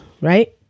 right